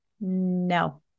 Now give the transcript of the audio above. No